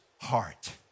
heart